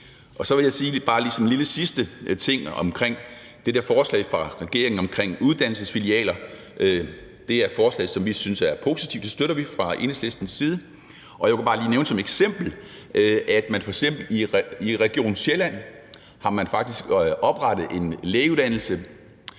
Så vil jeg bare som en lille sidste ting om det der forslag fra regeringens side om uddannelsesfilialer sige, at det er et forslag, som vi synes er positivt, og det støtter vi fra Enhedslistens side. Jeg vil bare lige som eksempel nævne, at man i Region Sjælland faktisk har oprettet en lægeuddannelse,